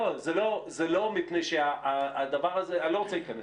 לא, אני לא רוצה להיכנס.